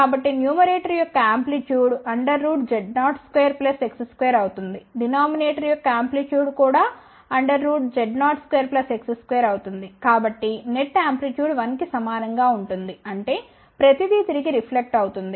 కాబట్టి న్యూమరేటర్ యొక్క amplitude Z02X2 అవుతుంది డినామినేటర్ యొక్క ఆంప్లిట్యూడ్ కూడా Z02X2 అవుతుంది కాబట్టి నెట్ ఆంప్లిట్యూడ్ 1 కి సమానం గా ఉంటుంది అంటే ప్రతి దీ తిరిగి రిఫ్లెక్ట్ అవుతుంది